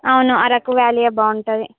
అవును అరకు వ్యాలీయే బాగుంటుంది